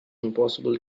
impossible